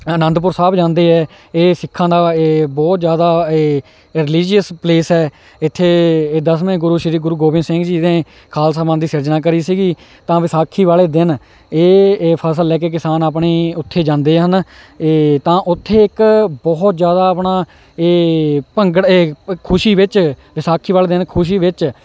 ਅਨੰਦਪੁਰ ਸਾਹਿਬ ਜਾਂਦੇ ਹੈ ਇਹ ਸਿੱਖਾਂ ਦਾ ਇਹ ਬਹੁਤ ਜ਼ਿਆਦਾ ਇਹ ਰਿਲੀਜੀਅਸ ਪਲੇਸ ਹੈ ਇੱਥੇ ਦਸਵੇਂ ਗੁਰੂ ਸ਼੍ਰੀ ਗੁਰੂ ਗੋਬਿੰਦ ਸਿੰਘ ਜੀ ਨੇ ਖਾਲਸਾ ਪੰਥ ਦੀ ਸਿਰਜਣਾ ਕਰੀ ਸੀਗੀ ਤਾਂ ਵਿਸਾਖੀ ਵਾਲੇ ਦਿਨ ਇਹ ਫ਼ਸਲ ਲੈ ਕੇ ਕਿਸਾਨ ਆਪਣੇ ਉੱਥੇ ਜਾਂਦੇ ਹਨ ਇਹ ਤਾਂ ਉੱਥੇ ਇੱਕ ਬਹੁਤ ਜ਼ਿਆਦਾ ਆਪਣਾ ਇਹ ਭੰਗੜਾ ਖੁਸ਼ੀ ਵਿੱਚ ਵਿਸਾਖੀ ਵਾਲੇ ਦਿਨ ਖੁਸ਼ੀ ਵਿੱਚ